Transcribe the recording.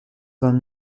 vingt